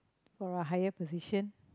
for a higher position